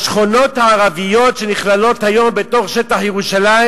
שהשכונות הערביות שנכללות היום בתוך שטח ירושלים